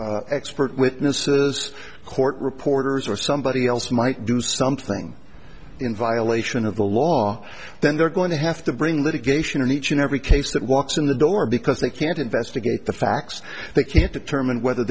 investigators expert witnesses court reporters or somebody else might do something in violation of the law then they're going to have to bring litigation in each and every case that walks in the door because they can't investigate the facts they can't determine whether